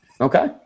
Okay